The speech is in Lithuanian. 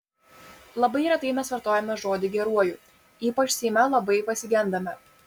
labai retai mes vartojame žodį geruoju ypač seime labai pasigendame